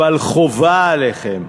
אבל חובה עליכם,